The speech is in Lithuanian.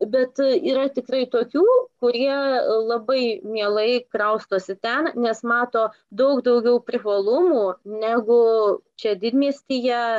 bet yra tikrai tokių kurie labai mielai kraustosi ten nes mato daug daugiau privalumų negu čia didmiestyje